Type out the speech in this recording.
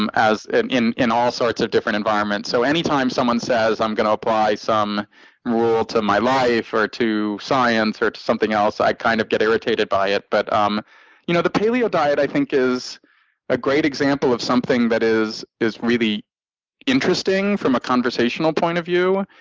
um in in all sorts of different environments. so any time someone says, i'm gonna apply some rule to my life or to science or to something else, i kind of get irritated by it. but um you know the paleo diet, i think, is a great example of something that is is interesting from a conversational point of view,